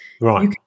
Right